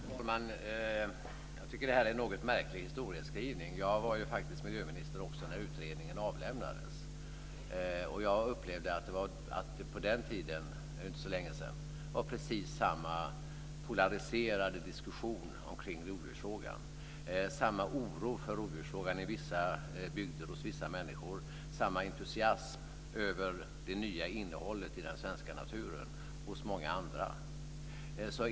Fru talman! Jag tycker att det är en något märklig historieskrivning. Jag var miljöminister också när utredningen avlämnades. Jag upplevde att det på den tiden, det är inte så länge sedan, var precis samma polariserad diskussion om rovdjursfrågan, samma oro i vissa bygder och hos vissa människor, samma entusiasm över det nya innehållet i den svenska naturen hos många andra.